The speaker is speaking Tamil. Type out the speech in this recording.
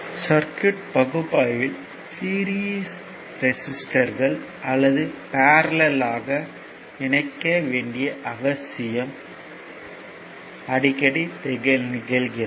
சர்க்யூட் பகுப்பாய்வில் சீரிஸ் ரெசிஸ்டர்கள் அல்லது பரல்லெல் ஆக இணைக்க வேண்டிய அவசியம் அடிக்கடி நிகழ்கிறது